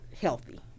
healthy